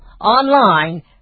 online